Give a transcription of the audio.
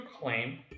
claim